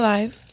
Life